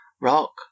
rock